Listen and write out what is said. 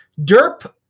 Derp